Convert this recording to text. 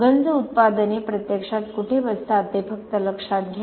गंज उत्पादने प्रत्यक्षात कुठे बसतात ते फक्त लक्षात घ्या